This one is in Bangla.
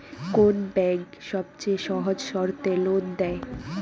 কোন ব্যাংক সবচেয়ে সহজ শর্তে লোন দেয়?